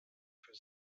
für